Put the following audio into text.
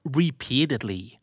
repeatedly